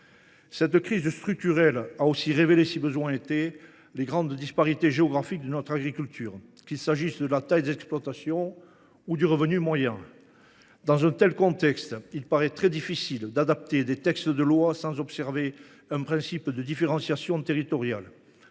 Cette crise structurelle a aussi révélé, s’il en était besoin, les grandes disparités géographiques de notre agriculture, qu’il s’agisse de la taille des exploitations ou du revenu moyen. Dans un tel contexte, il paraît très difficile d’adapter des textes de loi sans observer un principe de différenciation territoriale.